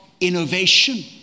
innovation